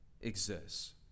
exists